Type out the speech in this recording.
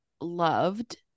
loved